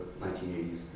1980s